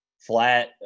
flat